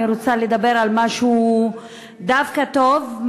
אני רוצה לדבר על משהו דווקא טוב,